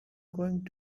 going